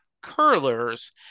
curlers